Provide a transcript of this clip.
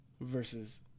versus